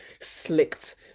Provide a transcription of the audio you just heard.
slicked